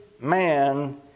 Man